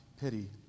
pity